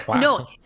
no